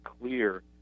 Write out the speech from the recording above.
clear